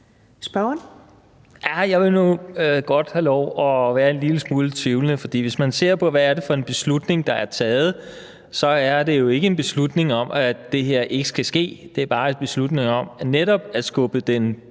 Jeg vil nu godt have lov at være en lille smule tvivlende, for hvis man ser på, hvad det er for en beslutning, der er taget, så er det jo ikke en beslutning om, at det her ikke skal ske – det er bare en beslutning om netop at skyde det